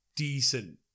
Decent